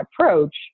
approach